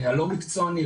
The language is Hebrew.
הלא מקצועני,